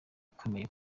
ikomeye